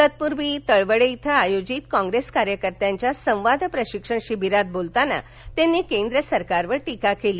तत्पूर्वी तळवडे इथं आयोजित काँग्रेस कार्यकर्त्याच्या संवाद प्रशिक्षण शिबिरात बोलताना त्यांनी केंद्र सरकारवर टीका केली